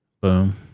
Boom